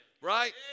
Right